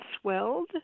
swelled